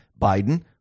Biden